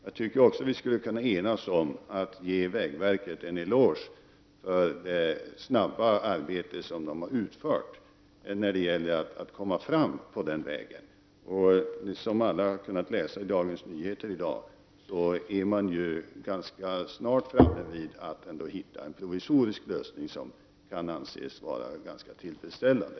Jag tycker också att vi borde vara överens om att vi skall ge vägverket en eloge för det snabba arbete som har utförts när det gäller framkomligheten på den aktuella vägen. Alla har kunnat läsa i Dagens Nyheter i dag att man tror sig kunna hitta en provisorisk lösning rätt snart som kan anses vara ganska tillfredsställande.